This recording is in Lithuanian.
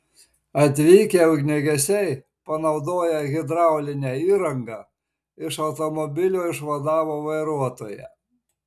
atvykę ugniagesiai panaudoję hidraulinę įrangą iš automobilio išvadavo vairuotoją